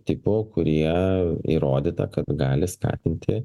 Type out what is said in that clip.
tipų kurie įrodyta kad gali skatinti